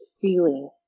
feeling